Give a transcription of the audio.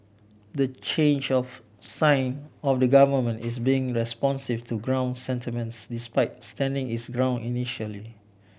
the change of sign of the government is being responsive to ground sentiments despite standing its ground initially